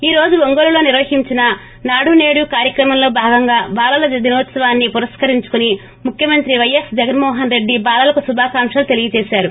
ఈ రోజు ఒంగోలులో నిర్వహించిన నాడు నేడు కార్యక్రమంలో భాగంగా బాలలకు దినోత్పవాన్ని పురస్కరించుకుని ముఖ్యమంత్రి పైఎస్ జగన్మోహన్ రెడ్డి పిల్లలకు శుభాకాంక్షలు తెలియజేశారు